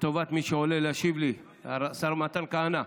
לטובת מי שעולה להשיב לי, השר מתן כהנא.